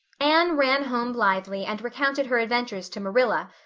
anne ran home blithely and recounted her adventures to marilla,